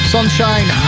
Sunshine